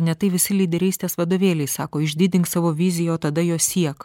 net tai visi lyderystės vadovėliai sako išdidink savo viziją o tada jo siek